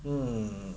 um